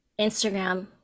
instagram